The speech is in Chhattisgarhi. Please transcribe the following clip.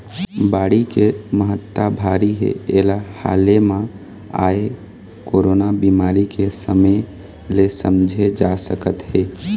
बाड़ी के महत्ता भारी हे एला हाले म आए कोरोना बेमारी के समे ले समझे जा सकत हे